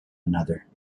another